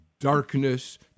darkness